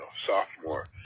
sophomore